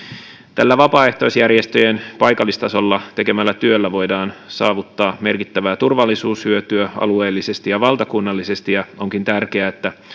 tällä vapaaehtoisjärjestöjen paikallistasolla tekemällä työllä voidaan saavuttaa merkittävää turvallisuushyötyä alueellisesti ja valtakunnallisesti ja onkin tärkeää että